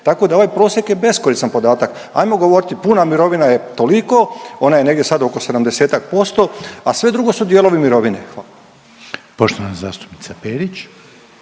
tako da ovaj prosjek je beskoristan podatak, ajmo govoriti puna mirovina je toliko, ona je negdje sad oko 70-tak posto, a sve drugo su dijelovi mirovine. **Reiner, Željko (HDZ)** Poštovana zastupnica Perić.